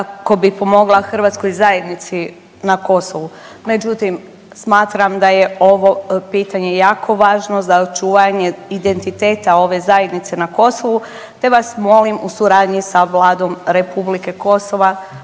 kako bi pomogla hrvatskoj zajednici na Kosovu, međutim smatram da je ovo pitanje jako važno za očuvanje identiteta ove zajednice na Kosovu, te vas molim u suradnji sa Vladom Republike Kosova